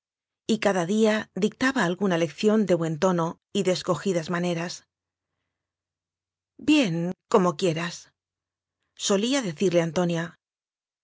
desdeñó y cada día dictaba alguna lección de buen tono y de escojidas maneras bien como quieras solía decirle